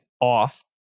off